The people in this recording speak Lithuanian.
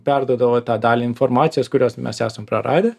perduodavo tą dalį informacijos kurios mes esam praradę